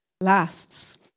lasts